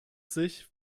sich